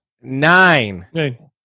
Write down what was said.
Nine